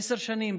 עשר שנים,